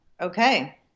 Okay